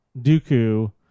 Dooku